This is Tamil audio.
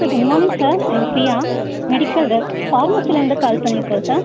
sir good morning sir I'm Priya medical rep ஃபார்மசிலேருந்து கால் பண்ணியிருக்கோம் சார்